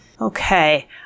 Okay